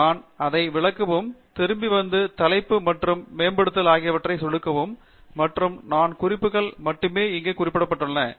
நான் இதை விளக்கவும் திரும்பி வந்து தலைப்பு மற்றும் மேம்படுத்தல் ஆகியவற்றில் சொடுக்கவும் மற்றும் நான்கு குறிப்புகள் மட்டுமே இங்கே குறிப்பிடப்பட்டுள்ளன